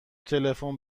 تلفن